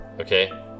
okay